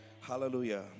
Hallelujah